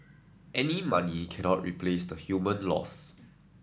any money cannot replace the human loss